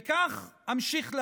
וכך אמשיך לעשות.